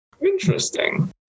Interesting